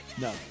No